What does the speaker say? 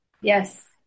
Yes